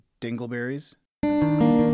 dingleberries